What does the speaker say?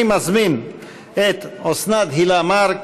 אני מזמין את אוסנת הילה מארק